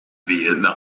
vietnam